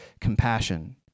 compassion